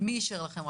מי אישר לכם?